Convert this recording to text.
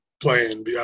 playing